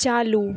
चालू